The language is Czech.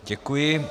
Děkuji.